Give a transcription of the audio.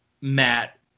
Matt